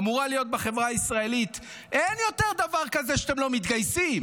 אמורה להיות בחברה הישראלית: אין יותר דבר כזה שאתם לא מתגייסים.